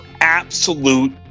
absolute